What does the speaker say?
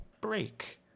break